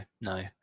no